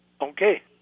Okay